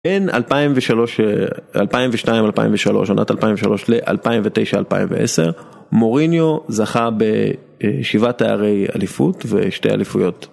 בין 2003, 2002-2003, עונת 2003, ל-2009-2010, מוריניו זכה בשבעה תארי אליפות ושתי אליפויות.